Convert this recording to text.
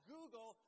Google